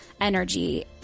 energy